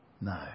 No